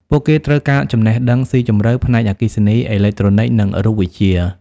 ពួកគេត្រូវការចំណេះដឹងស៊ីជម្រៅផ្នែកអគ្គិសនី អេឡិចត្រូនិក និងរូបវិទ្យា។